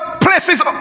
places